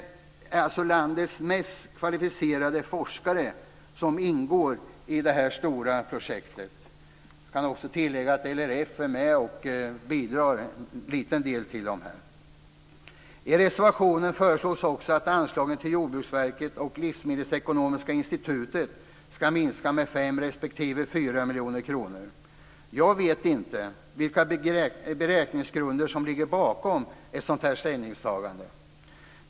Landets mest kvalificerade forskare ingår i det här stora projektet. Jag kan också tillägga att LRF är med och bidrar till en liten del. I reservationen föreslås också att anslagen till Jordbruksverket och Livsmedelsekonomiska institutet ska minska med 5 respektive 4 miljoner kronor. Jag vet inte vilka beräkningsgrunder som ligger bakom ett sådant här ställningstagande.